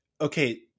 Okay